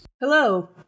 Hello